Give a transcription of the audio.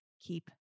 Keep